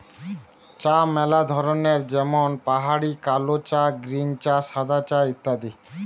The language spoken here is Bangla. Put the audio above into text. চা ম্যালা ধরনের যেমন পাহাড়ি কালো চা, গ্রীন চা, সাদা চা ইত্যাদি